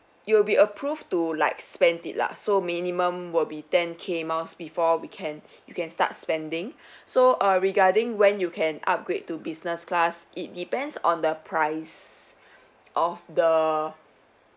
you will be approved to like spent it lah so minimum will be ten K miles before we can you can start spending so err regarding when you can upgrade to business class it depends on the price of the